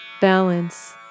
balance